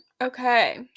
Okay